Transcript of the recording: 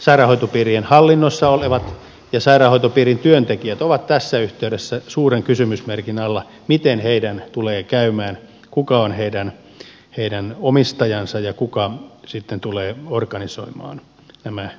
sairaanhoitopiirien hallinnossa olevat ja sairaanhoitopiirien työntekijät ovat tässä yhteydessä suuren kysymysmerkin alla miten heidän tulee käymään kuka on heidän omistajansa ja kuka sitten tulee organisoimaan nämä kysymykset